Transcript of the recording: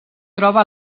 troba